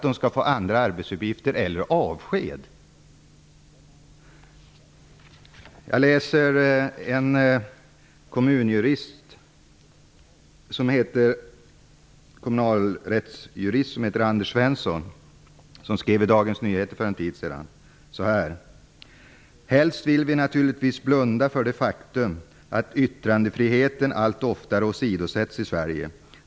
De skall få andra arbetsuppgifter eller bli avskedade. För en tid sedan skrev kommunalrättsjuristen Anders Svensson följande i Dagens Nyheter: ''Helst vill vi naturligtvis blunda för det faktum att yttrandefriheten allt oftare åsidosätts i Sverige.